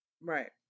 right